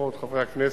חברות וחברי הכנסת,